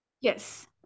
Yes